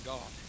God